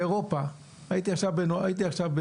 אני הייתי עכשיו,